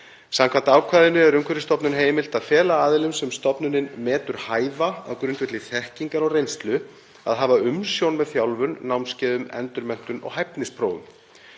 Samkvæmt ákvæðinu er Umhverfisstofnun heimilt að fela aðilum sem stofnunin metur hæfa á grundvelli þekkingar og reynslu að hafa umsjón með þjálfun, námskeiðum, endurmenntun og hæfnisprófum.